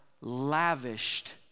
lavished